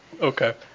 Okay